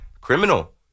criminal